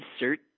insert